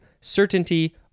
certainty